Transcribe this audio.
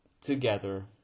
together